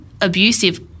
abusive